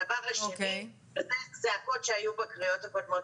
והדבר השני, ואלו זעקות שהיו בקריאות הקודמות.